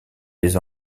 des